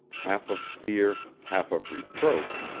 half of fear, half of reproach,